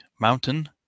mountain